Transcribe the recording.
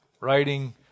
writing